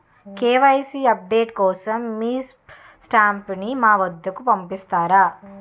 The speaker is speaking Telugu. కే.వై.సీ అప్ డేట్ కోసం మీ స్టాఫ్ ని మా వద్దకు పంపిస్తారా?